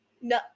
No